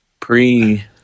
Pre